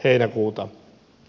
heinäkuuta